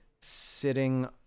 sitting